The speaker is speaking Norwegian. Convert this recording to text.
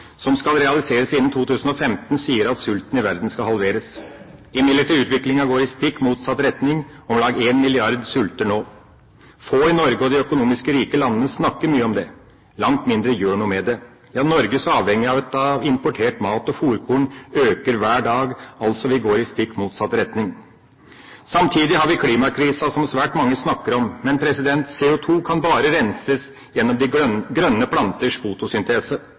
som skal realiseres innen 2015, sier at sulten i verden skal halveres. Utviklingen går imidlertid i stikk motsatt retning. Om lag 1 milliard sulter nå. Få i Norge og de økonomisk rike landene snakker mye om det – langt mindre gjør noe med det. Norges avhengighet av importert mat og fôrkorn øker for hver dag. Vi går altså i stikk motsatt retning. Samtidig har vi klimakrisen, som svært mange snakker om. Men CO2 kan bare renses gjennom de grønne planters fotosyntese.